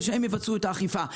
ושהן יבצעו את האכיפה.